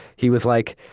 he was like,